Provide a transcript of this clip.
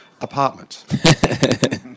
apartment